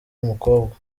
umukobwa